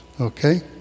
Okay